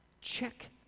check